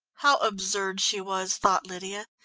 how absurd she was, thought lydia.